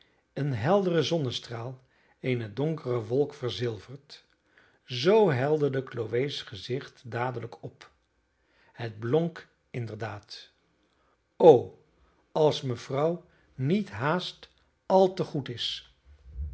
een heldere zonnestraal eene donkere wolk verzilvert zoo helderde chloe's gezicht dadelijk op het blonk inderdaad o als mevrouw niet haast al te goed is